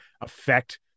affect